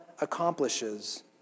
accomplishes